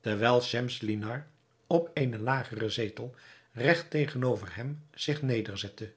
terwijl schemselnihar op eenen lageren zetel regt tegenover hem zich nederzette